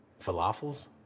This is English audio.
Falafels